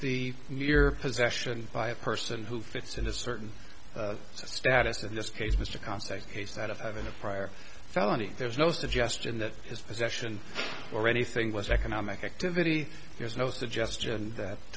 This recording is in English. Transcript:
the mere possession by a person who fits in a certain status in this case mr concept case that of having a prior felony there's no suggestion that his possession or anything was economic activity there's no suggestion that